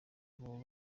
baba